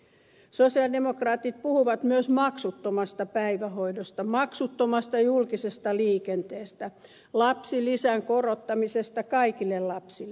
sosialidemokraatit puhuvat myös maksuttomasta päivähoidosta maksuttomasta julkisesta liikenteestä lapsilisän korottamisesta kaikille lapsille